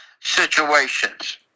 situations